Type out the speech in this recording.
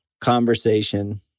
conversation